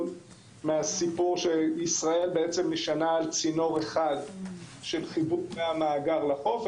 מכך שישראל נשענה על צינור אחד של חיבור פני המאגר לחוף.